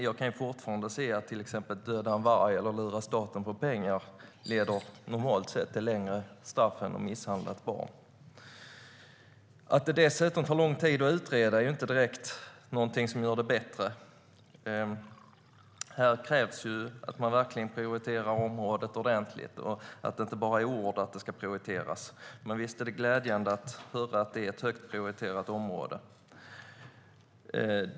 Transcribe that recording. Jag kan fortfarande se att det normalt sett leder till högre straff om man dödar en varg eller lurar staten på pengar än om man misshandlar ett barn. Att det dessutom tar lång tid att utreda är inte direkt någonting som gör det bättre. Här krävs det att man verkligen prioriterar området ordentligt och att det inte bara är tomma ord att det ska prioriteras. Men visst är det glädjande att höra att det är ett högt prioriterat område.